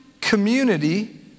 community